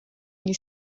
gli